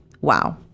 Wow